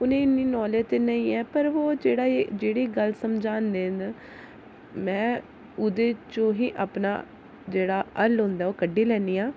उनै गी इन्नी नॉलेज ते नीं ऐ पर ओह् जेह्ड़ी गल्ल समझांदे न में ओह्दे च गै ऐ अपना जेह्ड़ा हल्ल होंदा ऐ ओह् कड्ढी लैन्नी आं